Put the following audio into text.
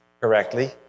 correctly